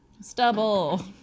Stubble